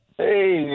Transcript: Hey